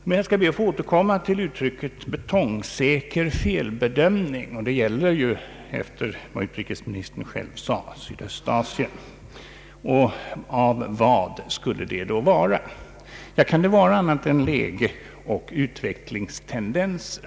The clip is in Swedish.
Jag skall be att få återkomma till uttrycket betongsäker felbedömning när det gäller — efter vad utrikesministern själv sade — Sydöstasien. Av vad skulle det vara en felbedömning? Kan det vara annat än i fråga om läge och utvecklingstendenser?